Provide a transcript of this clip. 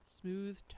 smooth